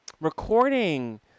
recording